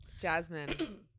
Jasmine